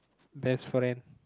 best friend